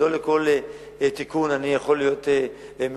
לא מכל תיקון אני יכול להיות מאושר.